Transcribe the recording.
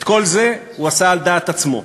את כל זה הוא עשה על דעת עצמו,